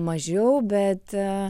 mažiau bet